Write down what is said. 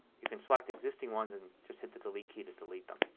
you can select existing ones and just hit the delete key to delete them.